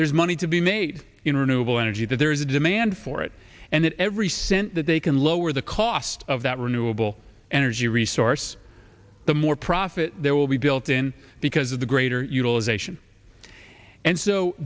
there's money to be made in renewable energy that there is a demand for it and every cent that they can lower the cost of that renewable energy resource the more profit there will be built in because of the greater utilization and so